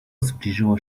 zbliżyło